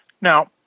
Now